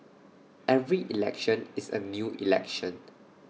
every election is A new election